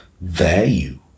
value